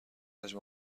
حجم